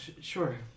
sure